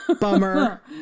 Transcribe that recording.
Bummer